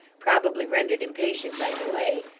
probably rendered impatient by delay,